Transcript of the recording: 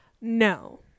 No